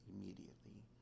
immediately